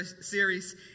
series